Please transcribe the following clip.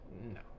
No